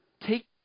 take